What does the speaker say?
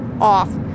off